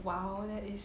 !wow! that is